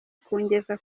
kungeza